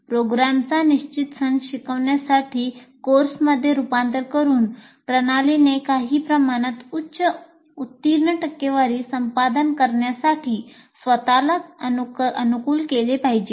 प्रोग्रामचा निश्चित संच शिकण्यासाठी कोर्समध्ये रूपांतर करून प्रणालीने काही प्रमाणात उच्च उत्तीर्ण टक्केवारी संपादन करण्यासाठी स्वतःला अनुकूल केले पाहिजे